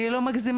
אני לא מגזימה,